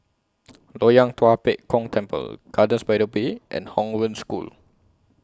Loyang Tua Pek Kong Temple Gardens By The Bay and Hong Wen School